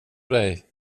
dig